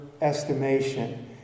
estimation